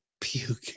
puke